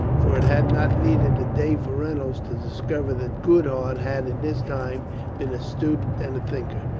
for it had not needed a day for reynolds to discover that goodhart had in his time been a student and a thinker,